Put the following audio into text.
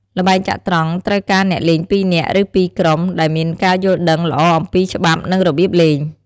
ល្បែងចត្រង្គត្រូវការអ្នកលេងពីរនាក់ ឬពីរជាក្រុម ដែលមានការយល់ដឹងល្អអំពីច្បាប់ និងរបៀបលេង។